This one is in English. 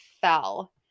fell